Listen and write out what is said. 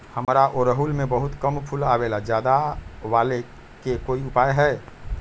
हमारा ओरहुल में बहुत कम फूल आवेला ज्यादा वाले के कोइ उपाय हैं?